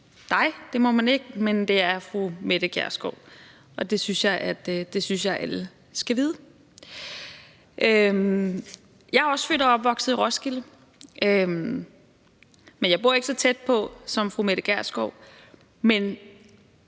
det er fru Mette Gjerskov. Det synes jeg alle skal vide. Jeg er også født og vokset i Roskilde, men jeg bor ikke så tæt på som fru Mette Gjerskov.